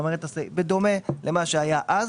בדומה למה שהיה אז,